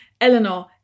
Eleanor